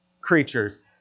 creatures